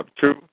two